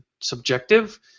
subjective